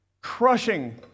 crushing